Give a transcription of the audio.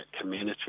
community